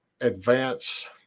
advance